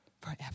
forever